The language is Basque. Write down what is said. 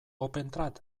opentrad